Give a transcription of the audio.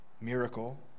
Miracle